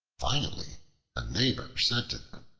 finally a neighbor said to them,